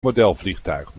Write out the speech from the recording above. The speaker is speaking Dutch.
modelvliegtuig